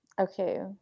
okay